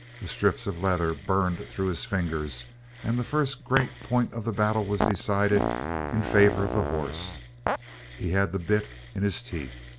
the strips of leather burned through his fingers and the first great point of the battle was decided in favor of the horse he had the bit in his teeth.